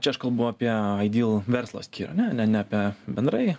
čia aš kalbu apie aidyl verslo skyrių ne ne apie bendrai